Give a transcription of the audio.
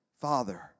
Father